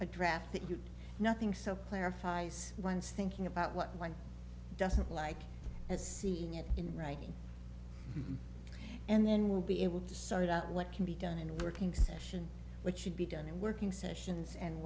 that you nothing so clarifies one's thinking about what one doesn't like as seeing it in writing and then we'll be able to sort out what can be done in working session what should be done in working sessions and